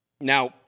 Now